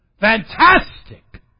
fantastic